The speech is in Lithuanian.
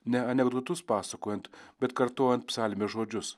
ne anekdotus pasakojant bet kartojant psalmės žodžius